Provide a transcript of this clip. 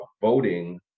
voting